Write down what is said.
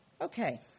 Okay